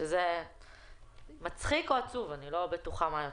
זה מצחיק או עצוב, אני לא בטוחה מה יותר.